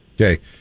Okay